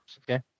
okay